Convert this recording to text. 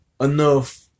enough